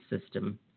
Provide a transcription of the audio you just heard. system